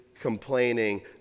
complaining